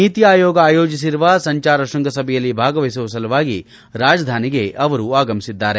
ನೀತಿ ಆಯೋಗ ಆಯೋಜಿಸಿರುವ ಸಂಚಾರ ತ್ವಂಗಸಭೆಯಲ್ಲಿ ಭಾಗವಹಿಸುವ ಸಲುವಾಗಿ ರಾಜಧಾನಿಗೆ ಆಗಮಿಸಿದ್ದಾರೆ